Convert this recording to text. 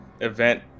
event